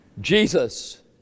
Jesus